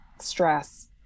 stress